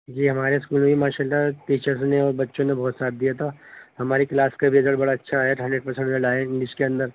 جی ہمارے اسکول میں ماشاء اللہ ٹیچرس نے بچوں نے بہت ساتھ دیا تھا ہماری کلاس کا ریزلٹ بڑا اچھا ہے ہنڈریڈ پرسینٹ ریزلٹ آیا انگلش کے اندر